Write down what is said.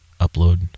upload